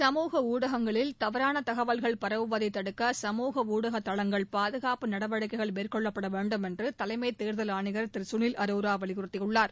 சமூக ஊடகங்களில் தவறான தகவல்கள் பரவுவதை தடுக்க சமூக ஊடக தளங்கள் பாதுகாப்பு நடவடிக்கைகள் மேற்கொள்ளப்பட வேண்டுமென்று தலைமை தேர்தல் ஆணையர் திரு கனில் அரோரா வலியுறுத்தியுள்ளார்